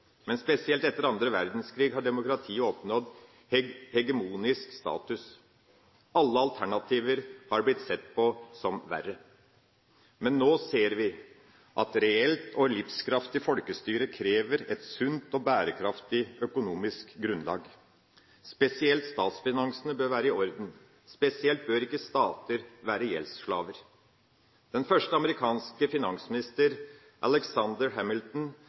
men spesielt etter annen verdenskrig har demokratiet oppnådd hegemonisk status. Alle alternativer har blitt sett på som verre. Men nå ser vi at reelt og livskraftig folkestyre krever et sunt og bærekraftig økonomisk grunnlag. Spesielt statsfinansene bør være i orden, og stater bør ikke være gjeldsslaver. Den første amerikanske finansminister,